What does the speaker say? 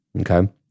Okay